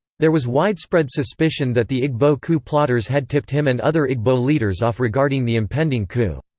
there was widespread suspicion that the igbo coup plotters had tipped him and other igbo leaders off regarding the impending coup.